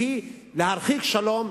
והיא להרחיק שלום,